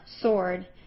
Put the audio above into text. sword